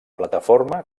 plataforma